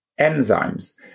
enzymes